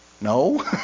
No